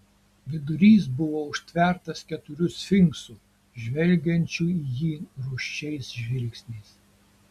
vidurys buvo užtvertas keturių sfinksų žvelgiančių į jį rūsčiais žvilgsniais